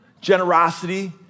generosity